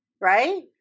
Right